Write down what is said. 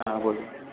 હા બોલો